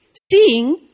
Seeing